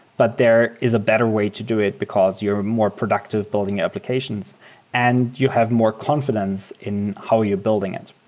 but there is a better way to do it because you're more productive building your applications and you have more confidence in how you're building it.